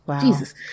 Jesus